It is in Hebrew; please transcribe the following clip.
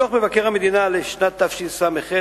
בדוח מבקר המדינה לשנת תשס"ח,